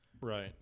Right